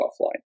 offline